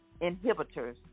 inhibitors